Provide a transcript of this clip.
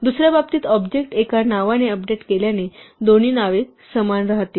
दुस या बाबतीत ऑब्जेक्ट एक नावाने अपडेट केल्याने दोन्ही नावे समान राहतील